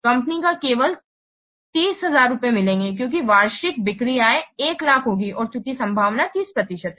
company को केवल 30000 मिलेंगे क्योंकि वार्षिक बिक्री आय 100000 होगी और चूंकि संभावना 30 प्रतिशत है